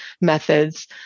methods